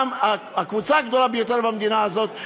הקבוצה הגדולה ביותר במדינה הזאת,